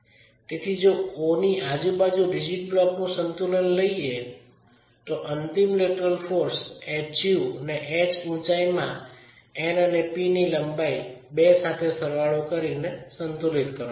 તેથી જો O ની આજુબાજુના રિજિડ બ્લોકનું સંતુલન લઈએ તો અંતિમ લેટરલ બળ Hu ને h ઉચાઈ માં N અને P ની લંબાઈ 2 સાથે સરવાળો કરીને સંતુલિત કરવામાં આવે છે